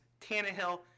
Tannehill